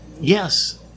Yes